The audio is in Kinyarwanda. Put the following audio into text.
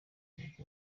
kuko